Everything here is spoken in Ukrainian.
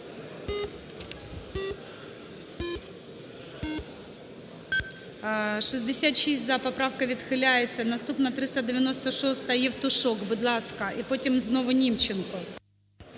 За-66 Поправка відхиляється. Наступна – 396-а. Євтушок, будь ласка. І потім знову Німченко.